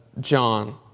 John